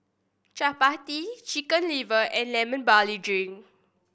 Chappati Chicken Liver and Lemon Barley Drink